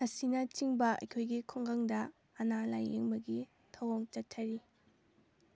ꯑꯁꯤꯅꯆꯤꯡꯕ ꯑꯩꯈꯣꯏꯒꯤ ꯈꯨꯡꯒꯪꯗ ꯑꯅꯥ ꯂꯥꯏꯌꯦꯡꯕꯒꯤ ꯊꯑꯣꯡ ꯆꯠꯊꯔꯤ